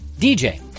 DJ